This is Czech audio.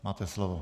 Máte slovo.